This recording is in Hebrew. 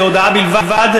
זו הודעה בלבד,